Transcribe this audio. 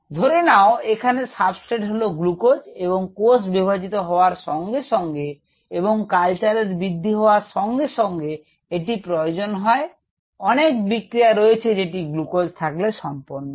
ধরে নাও এখানে সাবস্ট্রেট হলো গ্লুকোজ এবং কোষ বিভাজিত হওয়ার সঙ্গে সঙ্গে এবং কালচারের বৃদ্ধি হওয়ার সঙ্গে সঙ্গে এটি প্রয়োজন হয় অনেক বিক্রিয়া রয়েছে যেটি গ্লুকোজ থাকলে সম্পন্ন হয়